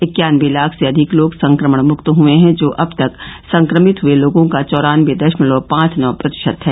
इक्यानबे लाख से अधिक लोग संक्रमण मुक्त हए हैं जो अब तक संक्रमित हए लोगों का चौरानबे दशमलव पांच नौ प्रतिशत है